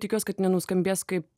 tikiuosi kad nenuskambės kaip